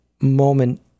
moment